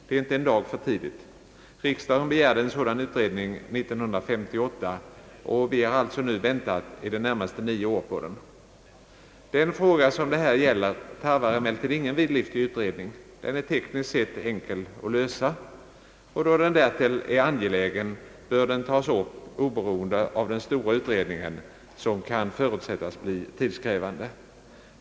Det är inte en dag för tidigt. Riksdagen begärde en sådan utredning 1958, och vi har alltså nu väntat i det närmaste nio år på den. Denna fråga tarvar emellertid ingen vidlyftig utredning. Den är tekniskt sett enkel att lösa. Då den därtill är angelägen bör den tagas upp till behandling, oberoende av den stora utredningen som kan förutsättas bli tidskrävande.